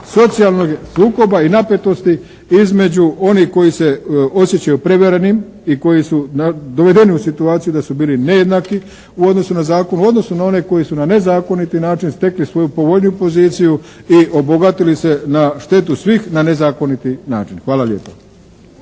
socijalnog sukoba i napetosti između onih koji se osjećaju prevarenim i koji su dovedeni u situaciju da su bili nejednaki u odnosu na zakon u odnosu na one koji su na nezakoniti način stekli svoju povoljniju poziciju i obogatili se na štetu svih na nezakoniti način. Hvala lijepo.